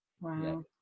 wow